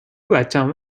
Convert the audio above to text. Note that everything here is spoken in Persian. بچم